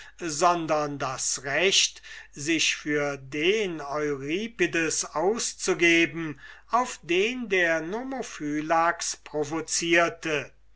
sondern das recht sich für den euripides auszugeben auf den der nomophylax provocierte